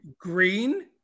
Green